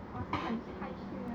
我是很害羞的